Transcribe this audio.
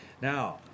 Now